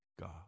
God